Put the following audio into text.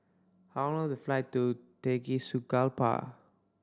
how long the flight to Tegucigalpa